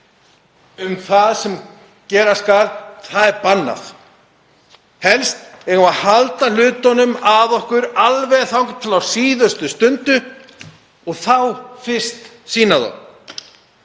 um það sem gera skal er bannað. Helst eigum við að halda hlutunum að okkur alveg þangað til á síðustu stundu og þá fyrst sýna þá.